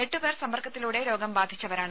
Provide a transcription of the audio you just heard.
എട്ടുപേർ സമ്പർക്കത്തിലൂടെ രോഗം ബാധിച്ചവരാണ്